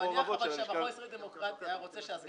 אבל אני מניח שהמכון הישראלי לדמוקרטיה רוצה שהסגן